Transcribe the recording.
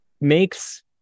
makes